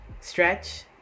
stretch